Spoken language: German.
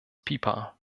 pieper